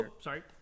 Sorry